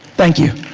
thank you.